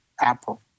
Apple